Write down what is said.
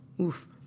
Oof